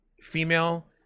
female